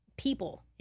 People